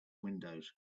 windows